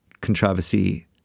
controversy